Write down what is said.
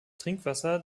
trinkwasser